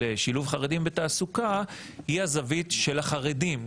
שילוב חרדים בתעסוקה היא הזווית של החרדים.